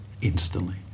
instantly